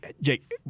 Jake